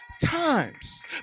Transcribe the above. times